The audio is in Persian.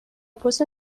پست